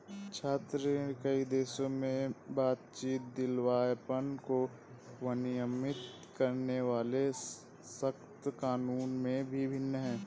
छात्र ऋण, कई देशों में बातचीत, दिवालियापन को विनियमित करने वाले सख्त कानूनों में भी भिन्न है